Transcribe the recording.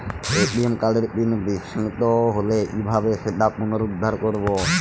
ATM কার্ডের PIN বিস্মৃত হলে কীভাবে সেটা পুনরূদ্ধার করব?